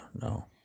no